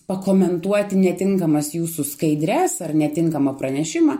pakomentuoti netinkamas jūsų skaidres ar netinkamą pranešimą